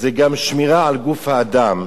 גם שמירה על גוף האדם,